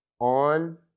on